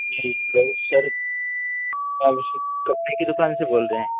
جی hello سر کپڑے کی دکان سے بول رہے ہیں